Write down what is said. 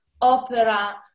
opera